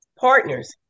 partners